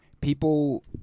People